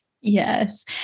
Yes